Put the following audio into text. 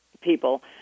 people